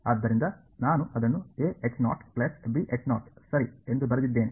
ಆದ್ದರಿಂದ ನಾನು ಅದನ್ನು ಸರಿ ಎಂದು ಬರೆದಿದ್ದೇನೆ